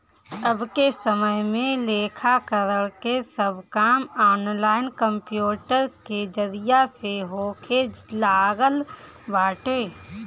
अबके समय में लेखाकरण के सब काम ऑनलाइन कंप्यूटर के जरिया से होखे लागल बाटे